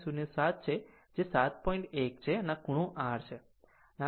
1 છે અને આ ખૂણો r છે જેને આ ખૂણો 45 o છે